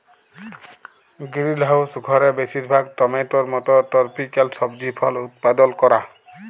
greenhouse ঘরে বেশিরভাগ টমেটোর মত টরপিক্যাল সবজি ফল উৎপাদল ক্যরা